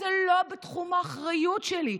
זה לא בתחום האחריות שלי,